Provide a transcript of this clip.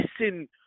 listen